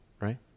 right